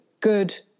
good